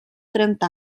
trenta